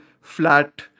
flat